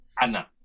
Anna